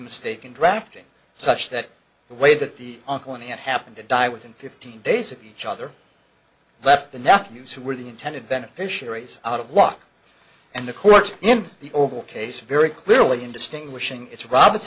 mistake in drafting such that the way that the uncle and aunt happened to die within fifteen days of each other left the nephews who were the intended beneficiaries out of walk and the courts in the oval case very clearly in distinguishing its rob